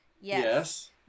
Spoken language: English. Yes